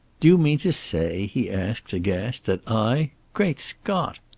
do you mean to say, he asked, aghast, that i! great scott!